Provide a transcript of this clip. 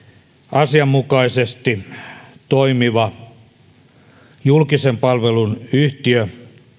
asianmukaisesti toimiva julkisen palvelun yhtiö